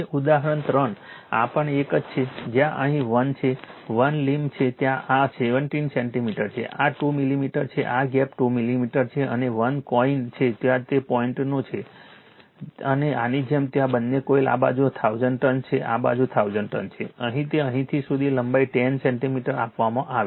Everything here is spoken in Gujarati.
હવે ઉદાહરણ 3 આ પણ એક છે જ્યાં અહીં 1 છે 1 લીમ્બ છે ત્યાં આ 17 સેન્ટિમીટર છે આ 2 મિલિમીટર છે આ ગેપ 2 મિલિમીટર છે અને 1 કોઈન છે ત્યાં તે પોતાનો છે આની જેમ ત્યાં બંને કોઇલ આ બાજુ 1000 ટર્ન્સ છે આ બાજુ 1000 ટર્ન્સ છે અહીં તે અહીંથી અહીં સુધી લંબાઈ 10 સેન્ટિમીટર આપવામાં આવી છે